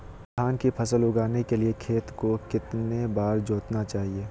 धान की फसल उगाने के लिए खेत को कितने बार जोतना चाइए?